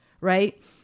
right